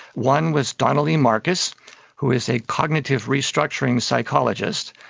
one was donalee markus who is a cognitive restructuring psychologist,